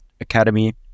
academy